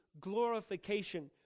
glorification